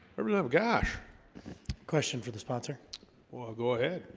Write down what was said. everything gosh question for the sponsor go ahead.